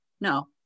No